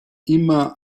immer